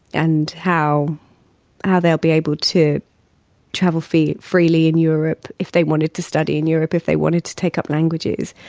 and how how they'll be able to travel freely in europe. if they wanted to study in europe, if they wanted to take up languages,